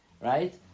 Right